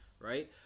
right